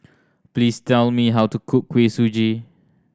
please tell me how to cook Kuih Suji